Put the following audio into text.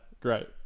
Great